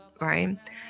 right